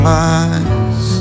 lies